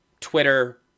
twitter